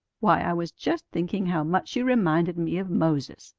why, i was just thinking how much you reminded me of moses,